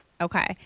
Okay